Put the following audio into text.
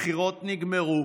הבחירות נגמרו,